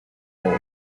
coal